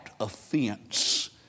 offense